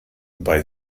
bei